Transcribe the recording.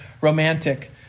romantic